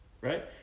Right